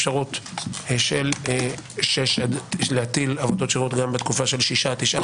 אפשרות להטיל עבודות שירות גם בתקופה של שישה עד תשעה